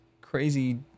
crazy